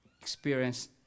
experience